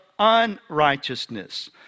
unrighteousness